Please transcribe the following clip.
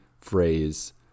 phrase